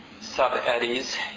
sub-Eddies